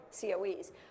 COEs